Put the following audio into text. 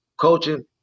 coaching